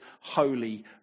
holy